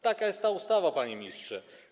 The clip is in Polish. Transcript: Taka jest ta ustawa, panie ministrze.